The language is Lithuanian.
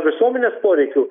visuomenės poreikių